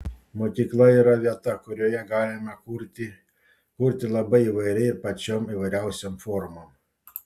mokykla yra vieta kurioje galima kurti kurti labai įvairiai ir pačiom įvairiausiom formom